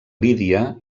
lídia